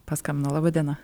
paskambino laba diena